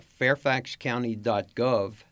fairfaxcounty.gov